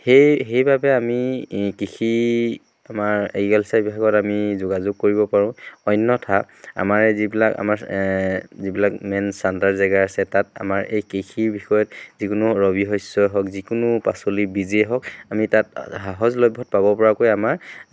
সেই সেইবাবে আমি কৃষি আমাৰ এগ্ৰিকালচাৰ বিভাগত আমি যোগাযোগ কৰিব পাৰোঁ অন্যথা আমাৰ এই যিবিলাক আমাৰ এই যিবিলাক মেইন জেগা আছে তাত আমাৰ এই কৃষিৰ বিষয়ত যিকোনো ৰবি শস্য হওক যিকোনো পাচলি বীজেই হওক আমি তাত সহজলভ্যত পাব পৰাকৈ আমাৰ